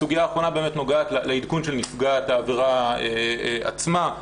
הסוגיה האחרונה נוגעת לעדכון נפגעת העבירה עצמה.